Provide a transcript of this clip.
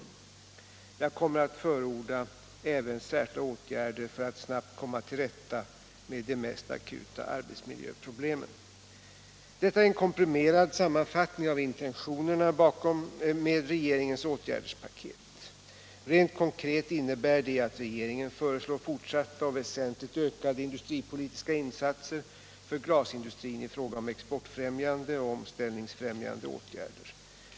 Nr 129 Jag kommer att förorda även särskilda åtgärder för att snabbt komma Torsdagen den till rätta med de mest akuta arbetsmiljöproblemen.” 12 maj 1977 Detta är en komprimerad sammanfattning av intentionerna med res LL geringens åtgärdspaket. Rent konkret innebär det att regeringen föreslår — Åtgärder för den fortsatta och väsentligt ökade industripolitiska insatser för glasindustrin manuella glasindui fråga om exportfrämjande och omställningsfrämjande åtgärder.